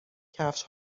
کفش